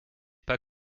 pas